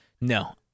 No